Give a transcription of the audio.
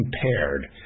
compared